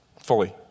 fully